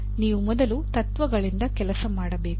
ನೀವು ಮೊದಲ ತತ್ವಗಳಿಂದ ಕೆಲಸ ಮಾಡಬೇಕು